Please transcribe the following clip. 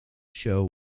show